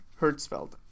Hertzfeld